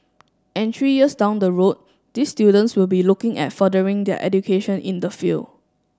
and three years down the road these students will be looking at furthering their education in the field